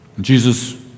Jesus